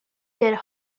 dead